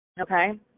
Okay